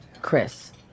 Chris